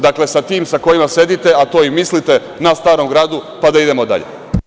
Dakle, sa tim sa kojima sedite, a to im mislite, na Starom gradu, pa da idemo dalje.